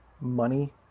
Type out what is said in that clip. money